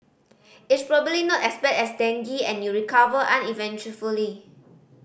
it's probably not as bad as dengue and you recover uneventfully